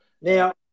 Now